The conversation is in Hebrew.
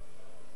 משרד התעשייה,